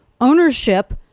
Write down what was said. ownership